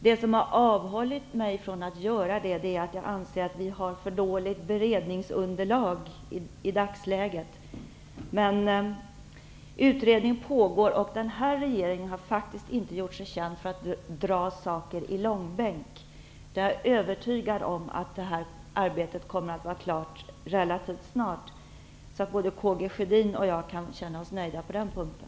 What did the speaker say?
Det som emellertid avhåller mig från att göra det är att jag anser att beredningsunderlaget i dagsläget är för dåligt. Men utredning pågår, och den här regeringen har faktiskt inte gjort sig känd för att dra ärenden i långbänk. Jag är övertygad om att det här arbetet kommer att vara klart relativt snart, så att både Karl Gustaf Sjödin och jag kan känna oss nöjda på den punkten.